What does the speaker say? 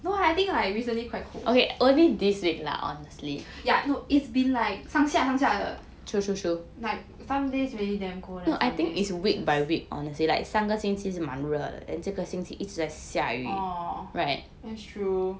no I think like recently quite cold no it's been like 上下上下的 like some days really damn cold then some days just oh that's true